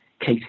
case